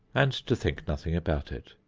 and to think nothing about it.